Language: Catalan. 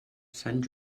sant